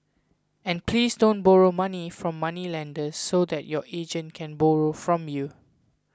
and please don't borrow money from moneylenders so that your agent can borrow from you